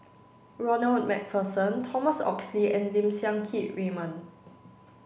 Ronald MacPherson Thomas Oxley and Lim Siang Keat Raymond